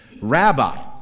rabbi